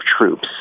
troops